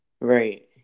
Right